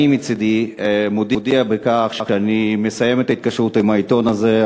אני מצדי מודיע שאני מסיים את ההתקשרות עם העיתון הזה.